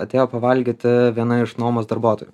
atėjo pavalgyti viena iš nuomos darbuotojų